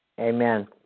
Amen